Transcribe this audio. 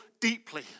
deeply